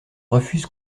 refuse